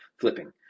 Flipping